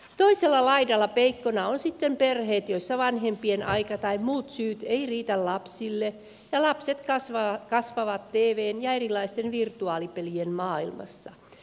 toisella laidalla peikkoina ovat sitten perheet joissa vanhempien aika tai muut syyt eivät riitä lapsille ja lapset kasvavat tvn ja erilaisten virtuaalipe lien maailmassa